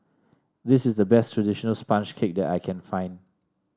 this is the best traditional sponge cake that I can find